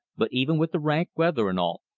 but even with the rank weather and all,